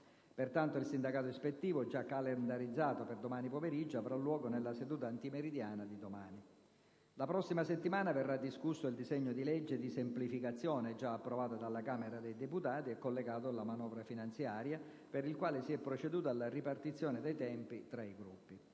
Pertanto, il sindacato ispettivo, già calendarizzato per domani pomeriggio, avrà luogo nella seduta antimeridiana di domani. La prossima settimana verrà discusso il disegno di legge di semplificazione, già approvato dalla Camera dei deputati e collegato alla manovra finanziaria, per il quale si è proceduto alla ripartizione dei tempi tra i Gruppi.